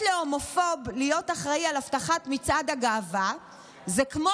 להומופוב להיות אחראי על אבטחת מצעד הגאווה זה כמו